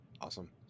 Awesome